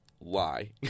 lie